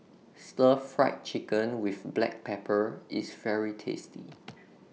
Stir Fried Chicken with Black Pepper IS very tasty